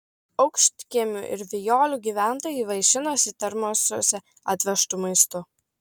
aukštkiemių ir vijolių gyventojai vaišinosi termosuose atvežtu maistu